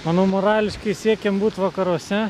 manau morališkai siekiam būt vakaruose